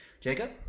Jacob